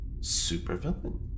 Supervillain